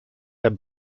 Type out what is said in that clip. der